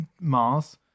Mars